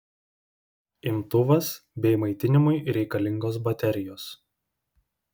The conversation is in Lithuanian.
imtuvas bei maitinimui reikalingos baterijos